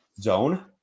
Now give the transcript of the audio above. zone